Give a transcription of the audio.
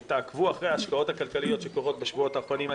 תעקבו אחרי ההשקעות הכלכליות שקורות בשבועות האחרונים.